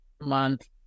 month